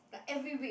like every week